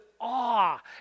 awe